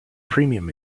premium